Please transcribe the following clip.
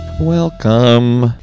Welcome